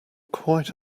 quite